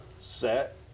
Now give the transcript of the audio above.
set